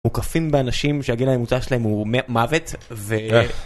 מוקפים באנשים שהגיל הממוצע שלהם הוא מוות.